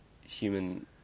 human